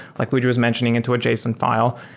like luigi was mentioning into a json fi le,